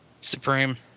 Supreme